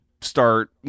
start